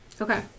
Okay